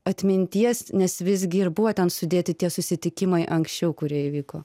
atminties nes visgi ir buvo ten sudėti tie susitikimai anksčiau kurie įvyko